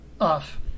Off